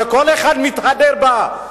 שכל אחד מתהדר בה,